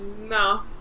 no